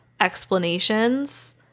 explanations